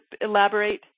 elaborate